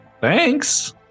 thanks